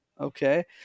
okay